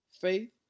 faith